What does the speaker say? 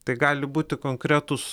tai gali būti konkretūs